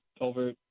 over